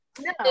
No